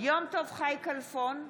יום טוב חי כלפון,